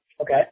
Okay